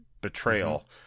betrayal